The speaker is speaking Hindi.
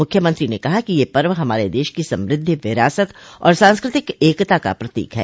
मुख्यमंत्री ने कहा कि यह पर्व हमारे देश की समृद्धि विरासत और सांस्कृतिक एकता का प्रतीक है